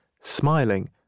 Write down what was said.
smiling